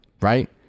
right